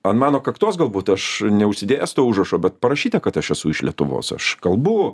an mano kaktos galbūt aš neužsidėjęs to užrašo bet parašyta kad aš esu iš lietuvos aš kalbu